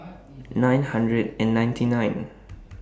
nine hundred and ninety nine